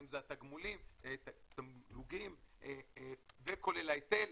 האם זה התמלוגים וכולל ההיטל,